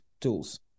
tools